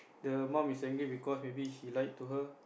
the mum is angry because maybe he lied to her